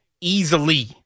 easily